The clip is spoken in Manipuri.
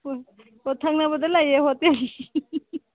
ꯍꯣꯏ ꯍꯣꯏ ꯊꯪꯅꯕꯗ ꯂꯩꯌꯦ ꯍꯣꯇꯦꯟ